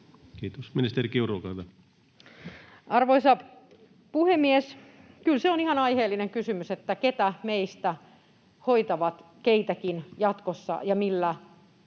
Kiitos. — Ministeri Kiuru, olkaa hyvä. Arvoisa puhemies! Kyllä se on ihan aiheellinen kysymys, ketkä meistä hoitavat keitäkin jatkossa ja millä